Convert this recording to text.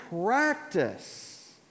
practice